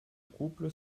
couple